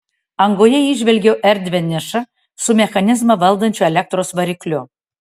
angoje įžvelgiau erdvią nišą su mechanizmą valdančiu elektros varikliu